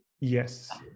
Yes